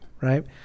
right